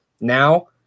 Now